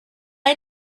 had